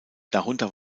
darunter